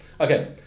Okay